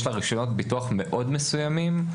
יש לה רישיונות ביטוח מאוד מסוימים,